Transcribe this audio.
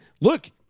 Look